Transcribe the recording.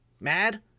mad